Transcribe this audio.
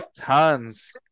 Tons